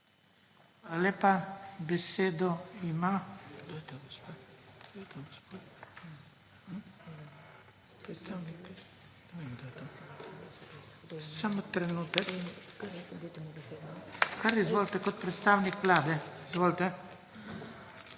lepa. Besedo ima… Kar izvolite, kot predstavnik Vlade, izvolite.